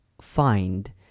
find